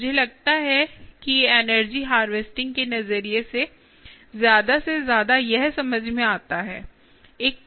मुझे लगता है कि एनर्जी हार्वेस्टिंग के नजरिए से ज्यादा से ज्यादा यह समझ में आता है